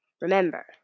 Remember